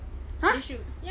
!huh!